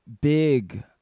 big